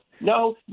No